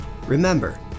Remember